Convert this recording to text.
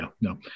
no